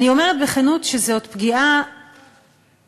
אני אומרת בכנות שזאת פגיעה אישית.